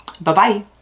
Bye-bye